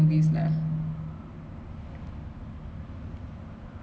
ya so like you mentioned kajol